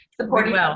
Supporting